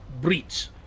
Breach